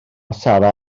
sara